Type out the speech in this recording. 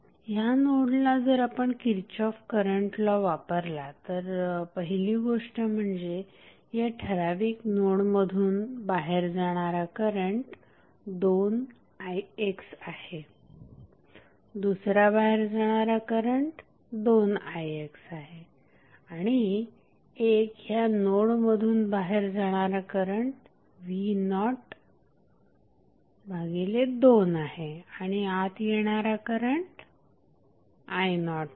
ह्या नोडला जर आपण किरचॉफ करंट लॉ वापरला तर पहिली गोष्ट म्हणजे या ठराविक नोडमधून बाहेर जाणारा करंट 2ixआहे दुसरा बाहेर जाणारा करंट 2ixआहे आणखी एक ह्या नोडमधून बाहेर जाणारा करंट v02आहे आणि आत येणारा करंट i0आहे